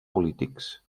polítics